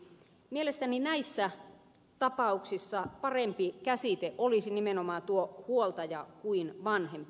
mielestäni näissä tapauksissa parempi käsite olisi nimenomaan tuo huoltaja kuin vanhempi